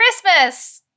Christmas